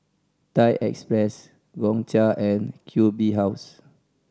Thai Express Gongcha and Q B House